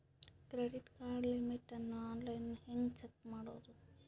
Credit card limit ಅನ್ನು online ಹೆಂಗ್ check ಮಾಡೋದು?